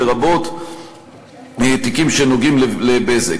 לרבות תיקים שנוגעים ל"בזק".